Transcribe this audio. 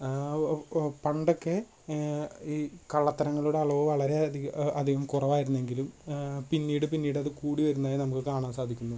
പണ്ടൊക്കെ ഈ കള്ളത്തരങ്ങളുടെ അളവ് വളരെ അധിക അധികം കുറവായിരുന്നെങ്കിലും പിന്നീട് പിന്നീടത് കൂടി വരുന്നതായി നമുക്ക് കാണാൻ സാധിക്കുന്നു